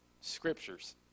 scriptures